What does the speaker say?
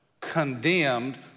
condemned